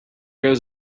goes